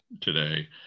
today